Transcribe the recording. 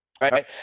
right